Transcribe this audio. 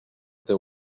teu